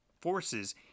forces